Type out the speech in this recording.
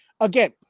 again